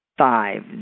Five